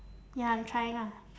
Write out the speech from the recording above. ya I'm trying ah